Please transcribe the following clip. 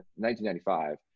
1995